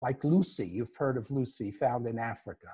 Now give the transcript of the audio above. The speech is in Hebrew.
כמו לוסי, שמעתם על לוסי, נמצא באפריקה.